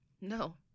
No